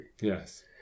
Yes